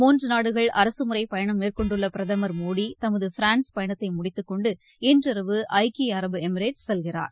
மூன்று நாடுகள் அரசு முறைப்பயணம் மேற்கொண்டுள்ள பிரதமர் மோடி தமது பிரான்ஸ் பயணத்தை முடித்துக்கொண்டு இன்றிரவு ஐக்கிய அரபு எமிரேட் செல்கிறார்